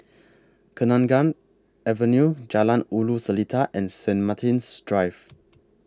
Kenanga Avenue Jalan Ulu Seletar and Saint Martin's Drive